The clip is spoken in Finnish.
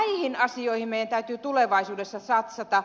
näihin asioihin meidän täytyy tulevaisuudessa satsata